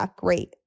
great